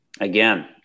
Again